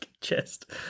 chest